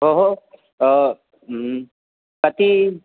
भोः कति